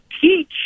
teach